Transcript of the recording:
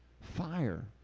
fire